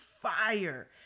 Fire